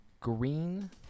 Green